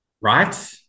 Right